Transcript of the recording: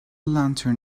lantern